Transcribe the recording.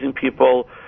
people